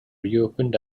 reopened